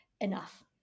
enough